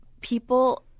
people –